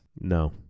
No